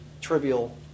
trivial